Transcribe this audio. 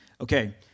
Okay